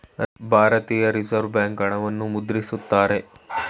ಭಾರತೀಯ Reserve Bank ಹಣವನ್ನು ಮುದ್ರಿಸುತ್ತಾರೆ